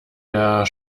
der